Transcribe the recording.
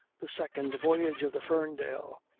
the second voyage of the ferndale.